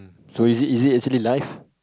so is it is it actually live